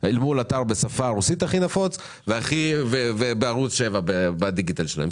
ולעומת אתר בשפה הרוסית הכי נפוץ ובערוץ שבע בדיגיטל שלהם.